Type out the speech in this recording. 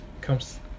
comes